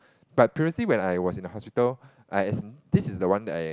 but previously when I was in the hospital I this is the one that I